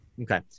Okay